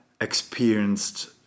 experienced